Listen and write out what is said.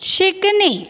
शिकणे